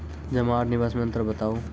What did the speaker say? जमा आर निवेश मे अन्तर बताऊ?